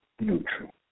neutral